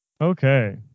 Okay